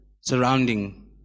surrounding